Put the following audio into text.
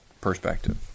perspective